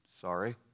Sorry